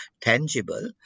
tangible